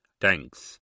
Thanks